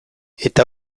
eta